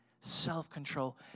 self-control